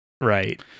right